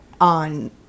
on